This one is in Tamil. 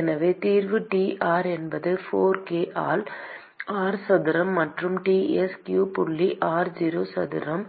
எனவே தீர்வு T r என்பது 4 k ஆல் r சதுரம் மற்றும் Ts q புள்ளி r0 சதுரம்